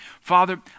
Father